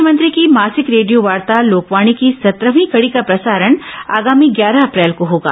मुख्यमंत्री की मासिक रेडियोवार्ता लोकवाणी की सत्रहवीं कड़ी का प्रसारण आगामी ग्यारह अप्रैल को होगा